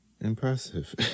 impressive